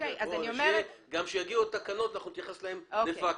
גם כשיגיעו התקנות נתייחס אליהן דה-פקטו,